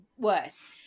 worse